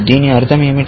దీని అర్థం ఏమిటి